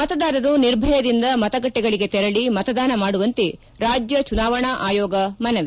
ಮತದಾರರು ನಿರ್ಭಯದಿಂದ ಮತಗಟ್ಟೆಗಳಿಗೆ ತೆರಳಿ ಮತದಾನ ಮಾಡುವಂತೆ ರಾಜ್ಯ ಚುನಾವಣಾ ಆಯೋಗ ಮನವಿ